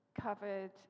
covered